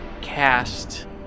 cast